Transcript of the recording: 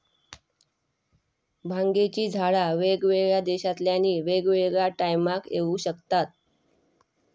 भांगेची झाडा वेगवेगळ्या देशांतल्यानी वेगवेगळ्या टायमाक येऊ शकतत